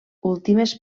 últimes